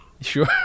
sure